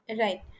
Right